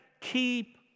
keep